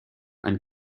and